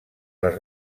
les